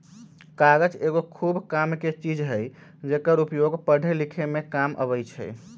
कागज एगो खूब कामके चीज हइ जेकर उपयोग पढ़े लिखे में काम अबइ छइ